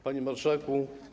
Panie Marszałku!